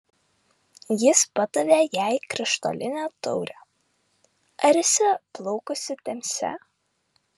jis padavė jai krištolinę taurę ar esi plaukusi temze